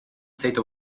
state